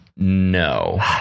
No